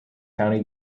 county